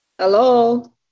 Hello